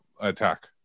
attack